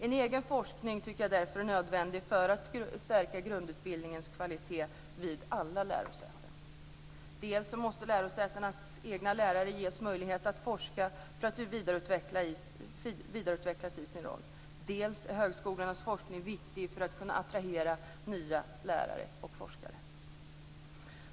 En egen forskning är därför nödvändig för att säkra grundutbildningens kvalitet vid alla lärosäten. Dels måste lärosätenas egna lärare ges möjlighet att forska för att vidareutvecklas i sin roll, dels är högskolornas forskning viktig för att kunna attrahera nya lärare och forskare.